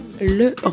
le